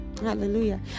Hallelujah